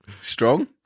strong